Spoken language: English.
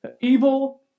evil